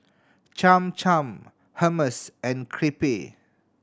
Cham Cham Hummus and Crepe